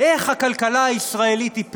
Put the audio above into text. איך הכלכלה הישראלית היא פלא,